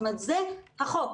זה החוק.